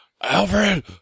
Alfred